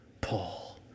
Paul